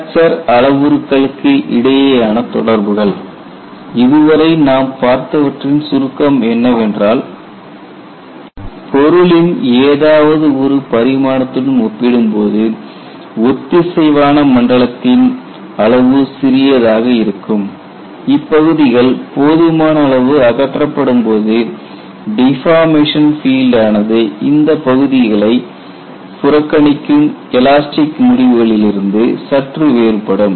fracture அளவுருக்களுக்கு இடையேயான தொடர்புகள் இதுவரை நாம் பார்த்தவற்றின் சுருக்கம் என்னவென்றால் பொருளின் ஏதாவது ஒரு பரிமாணத்துடன் ஒப்பிடும்போது ஒத்திசைவான மண்டலத்தின் அளவு சிறியதாக இருக்கும் இப்பகுதிகள் போதுமான அளவு அகற்றப்படும்போது டிஃபார்மேசன் பீல்ட் ஆனது இந்த பகுதிகளை புறக்கணிக்கும் எலாஸ்டிக் முடிவுகளிலிருந்து சற்று வேறுபடும்